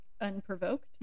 Unprovoked